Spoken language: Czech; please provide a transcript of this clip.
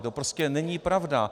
To prostě není pravda!